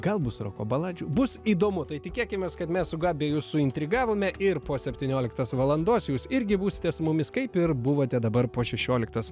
gal bus roko baladžių bus įdomu tai tikėkimės kad mes su gabija jus suintrigavome ir po septynioliktos valandos jūs irgi būsite su mumis kaip ir buvote dabar po šešioliktos